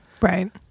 Right